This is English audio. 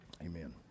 Amen